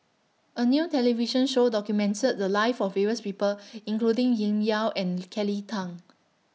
A New television Show documented The Lives of various People including Yau and Kelly Tang